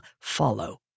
follow